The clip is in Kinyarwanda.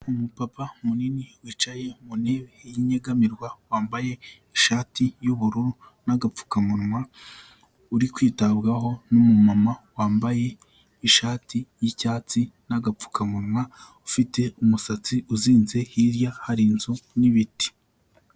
Umupapa munini wicaye mu ntebe y'inyegamirwa wambaye ishati y'ubururu n'agapfukamunwa, uri kwitabwaho n'umumama wambaye ishati y'icyatsi n'agapfukamunwa, ufite umusatsi uzinze, hirya hari inzu n'ibiti.